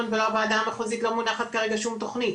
מה מאושר בתוכנית?